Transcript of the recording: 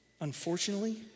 unfortunately